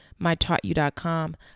mytaughtyou.com